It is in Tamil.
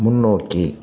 முன்னோக்கி